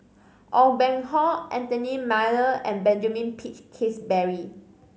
Aw Boon Haw Anthony Miller and Benjamin Peach Keasberry